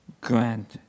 grant